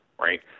right